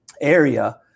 area